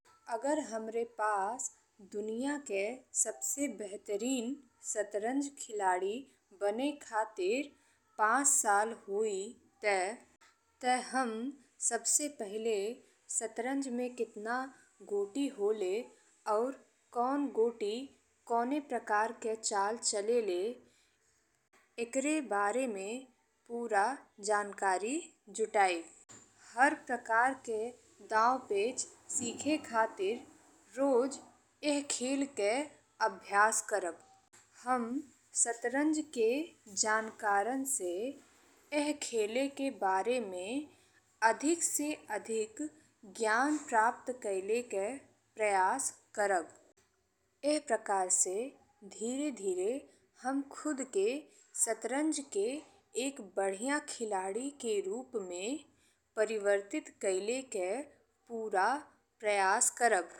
अगर हमरे पास दुनिया के सबसे बहतरीन शतरंज खिलाड़ी बने खातिर पाँच साल होई ते हम सबसे पहिले शतरंज में केतना गोटी होले और कउन गोट कउन प्रकार के चाल चलेले एकरे बारे में पूरा जानकारी जुटाईब। हर प्रकार के दांव पेच सीखें खातिर रोज एह खेल के अभ्यास करब। हम शतरंज के जानकारन से एह खेल के बारे में अधिक से अधिक ज्ञान प्राप्त कईले के प्रयास करब। एह प्रकार से धीरे-धीरे हम खुद के शतरंज के एक बढ़िया खिलाड़ी के रूप में परिवर्तित कईले के पूरा प्रयास करब।